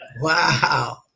Wow